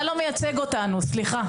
אתה לא מייצג אותנו, סליחה.